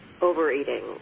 overeating